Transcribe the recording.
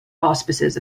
auspices